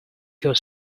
your